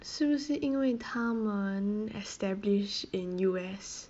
是不是因为他们 establish in U_S